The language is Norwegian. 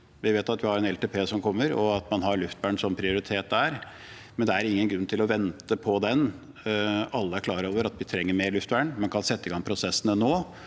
Vi vet at det kommer en LTP, og at man har luftvern som prioritet der, men det er ingen grunn til å vente på den. Alle er klar over at vi trenger mer luftvern, man kan sette i gang prosessene nå.